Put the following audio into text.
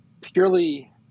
purely